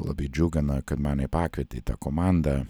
labai džiugina kad mane pakvietė į tą komandą